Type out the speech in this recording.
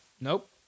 Nope